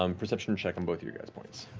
um perception check on both your guys' points.